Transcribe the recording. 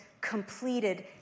completed